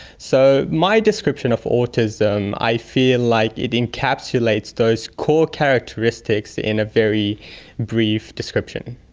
so my description of autism, i feel like it encapsulates those core characteristics in a very brief description.